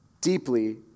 deeply